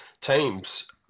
teams